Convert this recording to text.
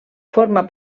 forma